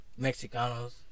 Mexicanos